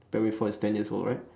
primary four is ten years old right